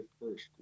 first